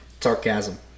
Sarcasm